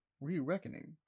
re-Reckoning